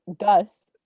Gus